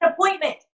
appointment